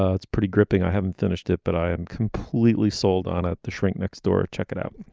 ah it's pretty gripping i haven't finished it but i am completely sold on it. the shrink next door. check it out.